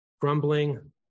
Grumbling